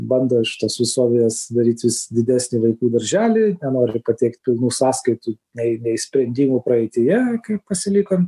bando iš tos visuomenės darytis didesnį vaikų darželį nenori pateikt pilnų sąskaitų nei nei sprendimų praeityje kai pasilikom